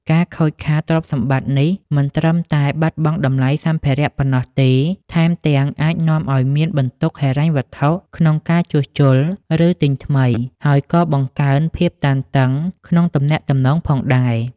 ការខូចខាតទ្រព្យសម្បត្តិនេះ មិនត្រឹមតែបាត់បង់តម្លៃសម្ភារៈប៉ុណ្ណោះទេ ថែមទាំងអាចនាំឲ្យមានបន្ទុកហិរញ្ញវត្ថុក្នុងការជួសជុល ឬទិញថ្មី ហើយក៏បង្កើនភាពតានតឹងក្នុងទំនាក់ទំនងផងដែរ។